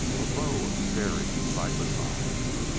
a row of staring, sightless eyes.